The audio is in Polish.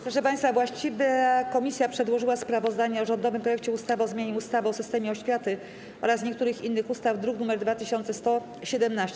Proszę państwa, właściwa komisja przedłożyła sprawozdanie o rządowym projekcie ustawy o zmianie ustawy o systemie oświaty oraz niektórych innych ustaw, druk nr 2117.